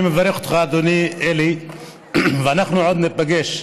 אני מברך אותך, אדוני אלי, ואנחנו עוד ניפגש,